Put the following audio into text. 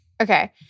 Okay